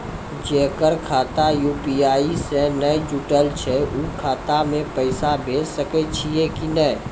जेकर खाता यु.पी.आई से नैय जुटल छै उ खाता मे पैसा भेज सकै छियै कि नै?